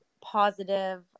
positive